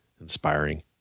inspiring